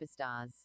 superstars